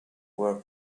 were